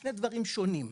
שני דברים שונים.